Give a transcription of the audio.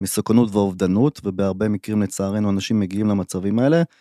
מסוכנות ואובדנות, ובהרבה מקרים לצערנו אנשים מגיעים למצבים האלה.